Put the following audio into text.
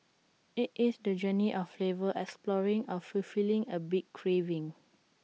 IT is the journey of flavor exploring or fulfilling A big craving